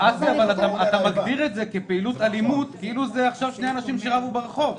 אתה מגדיר את זה כפעילות אלימות כאילו זה שני אנשים שרבו ברחוב.